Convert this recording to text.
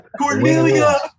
cornelia